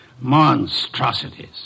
Monstrosities